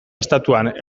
estatuan